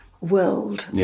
world